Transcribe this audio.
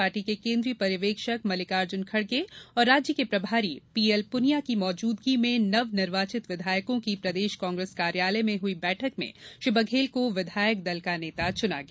party के केन्द्रीय पर्यवेक्षक मल्लिकार्जुन खड़गे और राज्य के प्रभारी पी एल पूनिया की मौजूदगी में नवनिर्वाचित विधायकों की प्रदेश कांग्रेस कार्यालय में हई बैठक में श्री बघेल को विधायक दल का नेता चुना गया